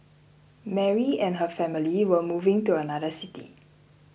Mary and her family were moving to another city